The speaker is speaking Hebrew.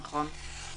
נכון.